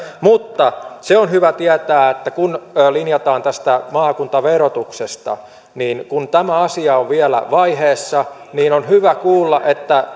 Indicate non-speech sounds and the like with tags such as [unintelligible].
mutta se on hyvä tietää että kun linjataan tästä maakuntaverotuksesta niin kun tämä asia on vielä vaiheessa on hyvä kuulla että [unintelligible]